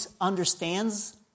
understands